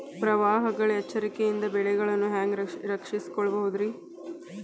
ಪ್ರವಾಹಗಳ ಎಚ್ಚರಿಕೆಯಿಂದ ಬೆಳೆಗಳನ್ನ ಹ್ಯಾಂಗ ರಕ್ಷಿಸಿಕೊಳ್ಳಬಹುದುರೇ?